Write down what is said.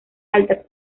altas